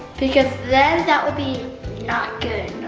because then that would be not good,